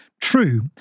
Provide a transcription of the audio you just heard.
true